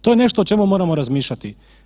To je nešto o čemu moramo razmišljati.